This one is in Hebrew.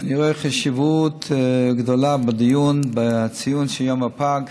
אני רואה חשיבות גדולה בדיון, בציון של יום הפג.